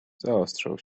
zaostrzał